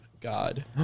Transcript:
God